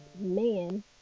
man